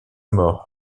mort